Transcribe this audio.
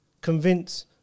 convince